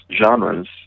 genres